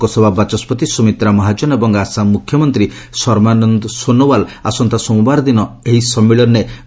ଲୋକସଭା ବାଚସ୍କତି ସ୍ତୁମିତ୍ରା ମହାଜନ ଏବଂ ଆସାମ ମୁଖ୍ୟମନ୍ତ୍ରୀ ସର୍ବାନନ୍ଦ ସୋନୋୱାଲ ଆସନ୍ତା ସୋମବାର ଦିନ ଏହି ସମ୍ମିଳନୀରେ ଯୋଗଦେବେ